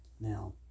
Now